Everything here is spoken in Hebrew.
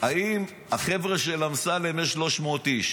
אם החבר'ה של אמסלם הם 300 איש,